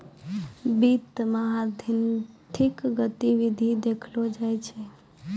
वित्त मे आर्थिक गतिविधि देखलो जाय छै